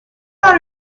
are